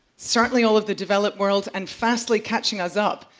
certainly all of the developed world, and, fastly catching us up,